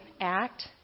act